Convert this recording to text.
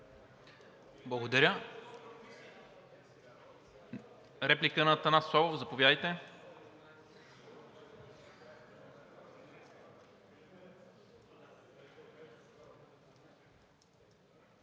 Благодаря. Реплика на Атанас Славов – заповядайте.